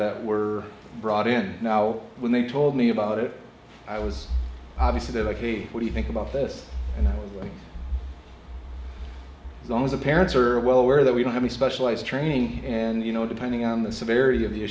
that were brought in now when they told me about it i was obviously they're like hey what do you think about this and a lot of the parents are well aware that we don't have the specialized training and you know depending on the severity of